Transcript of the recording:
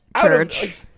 church